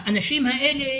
האנשים האלה